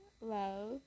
love